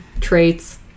traits